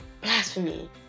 Blasphemy